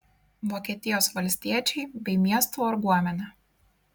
vokietijos valstiečiai bei miestų varguomenė